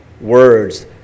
words